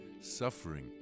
suffering